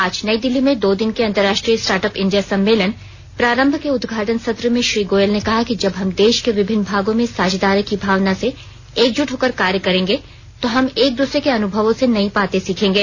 आज नई दिल्ली में दो दिन के अंतरराष्ट्रीय स्टार्टअप इंडिया सम्मेलन प्रारंभ के उदघाटन सत्र में श्री गोयल ने कहा कि जब हम देश के विभिन्न भागों में साझेदारी की भावना से एकजुट होकर कार्य करेंगे तो हम एक दूसरे के अनुभवों से नई बातें सीखेंगे